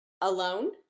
alone